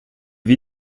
vit